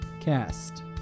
Cast